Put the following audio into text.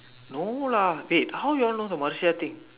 no lah wait how you all know the Marcia thing